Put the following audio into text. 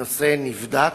הנושא נבדק,